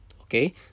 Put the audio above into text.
okay